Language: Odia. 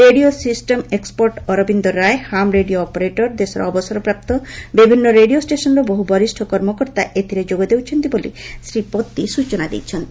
radio system expert Arabinda Ray ham radio operator ଦେଶର ଅବସରପ୍ରାପ୍ତ ବିଭିନ୍ ରେଡ଼ିଓ ଷ୍ଟେସନ୍ର ବହୁ ବରିଷ କର୍ମକର୍ତା ଏଥିରେ ଯୋଗ ଦେଉଛନ୍ତି ବୋଲି ଶ୍ରୀ ପତି କହିଛନ୍ତି